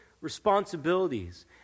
responsibilities